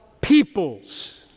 peoples